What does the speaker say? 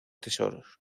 tesoros